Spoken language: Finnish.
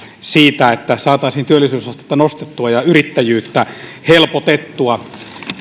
siitä että saataisiin työllisyysastetta nostettua ja yrittäjyyttä helpotettua